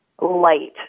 light